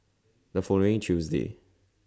The following Tuesday